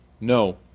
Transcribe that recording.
No